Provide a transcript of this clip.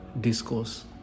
discourse